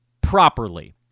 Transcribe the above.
properly